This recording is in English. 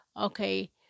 Okay